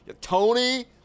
tony